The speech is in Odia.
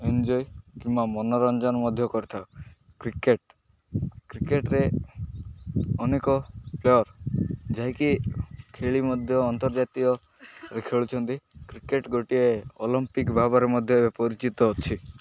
ଏନ୍ଜୟ କିମ୍ବା ମନୋରଞ୍ଜନ ମଧ୍ୟ କରିଥାଉ କ୍ରିକେଟ କ୍ରିକେଟରେ ଅନେକ ପ୍ଲେୟାର୍ ଯାହାକି ଖେଳି ମଧ୍ୟ ଅନ୍ତର୍ଜାତୀୟ ଖେଳୁଛନ୍ତି କ୍ରିକେଟ ଗୋଟିଏ ଅଲମ୍ପିକ୍ ଭାବରେ ମଧ୍ୟ ଏବେ ପରିଚିତ ଅଛି